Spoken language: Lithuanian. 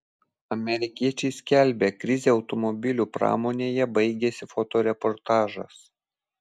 amerikiečiai skelbia krizė automobilių pramonėje baigėsi fotoreportažas